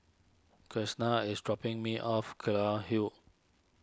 is dropping me off Kelulut Hill